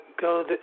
go